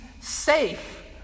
safe